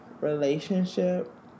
relationship